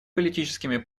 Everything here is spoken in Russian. политическими